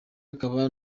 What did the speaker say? akaba